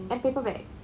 and paper bag